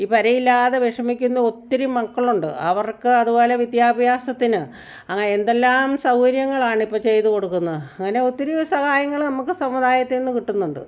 ഈ പുരയില്ലാതെ വിഷമിക്കുന്ന ഒത്തിരി മക്കളുണ്ട് അവർക്ക് അതുപോലെ വിദ്യാഭ്യാസത്തിന് അങ്ങനെ എന്തെല്ലാം സൗകര്യങ്ങളാണ് ഇപ്പോൾ ചെയ്ത് കൊടുക്കുന്ന അങ്ങനെ ഒത്തിരി സഹായങ്ങൾ നമുക്ക് സമുധായത്തിൽ നിന്ന് കിട്ടുന്നുണ്ട്